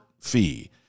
fee